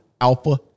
alpha